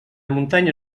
muntanya